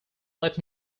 let